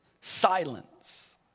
silence